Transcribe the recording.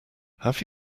have